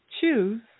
choose